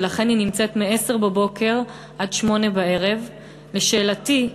ולכן היא נמצאת מ-10:00 עד 20:00. לשאלתי,